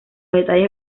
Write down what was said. detalles